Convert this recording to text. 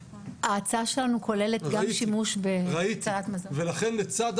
ההצעה שלנו כוללת גם שימוש ב -- רחבה התקציבית,